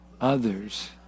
others